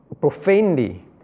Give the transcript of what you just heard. profanely